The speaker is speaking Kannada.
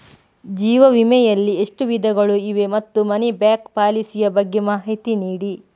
ಜೀವ ವಿಮೆ ಯಲ್ಲಿ ಎಷ್ಟು ವಿಧಗಳು ಇವೆ ಮತ್ತು ಮನಿ ಬ್ಯಾಕ್ ಪಾಲಿಸಿ ಯ ಬಗ್ಗೆ ಮಾಹಿತಿ ನೀಡಿ?